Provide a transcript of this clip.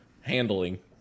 handling